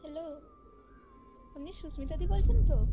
hello আপনি সুস্মিতাদি বলছেন তো